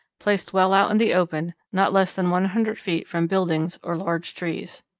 placed well out in the open, not less than one hundred feet from buildings or large trees.